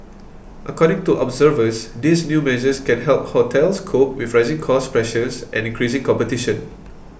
according to observers these new measures can help hotels cope with rising cost pressures and increasing competition